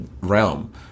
realm